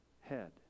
head